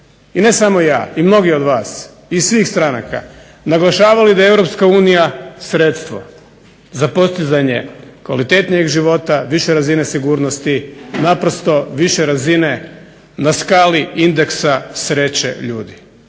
i ne samo ja i mnogi od vas iz svih stranaka naglašavali da je EU sredstvo za postizanje kvalitetnijeg života, više razine sigurnosti, naprosto više razine na skali indeksa sreće ljudi.